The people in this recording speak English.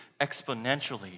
exponentially